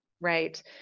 Right